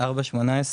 4-18